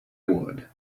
would